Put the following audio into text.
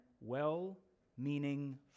well-meaning